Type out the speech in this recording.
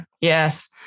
Yes